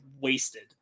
wasted